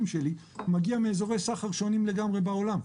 שלי מגיע מאיזורי סחר שונים לגמרי בעולם.